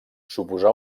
suposà